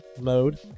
mode